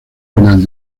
penal